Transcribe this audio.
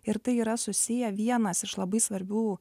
ir tai yra susiję vienas iš labai svarbių